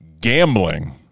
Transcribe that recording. Gambling